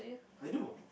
I do